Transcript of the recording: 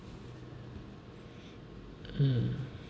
mm